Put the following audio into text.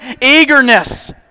eagerness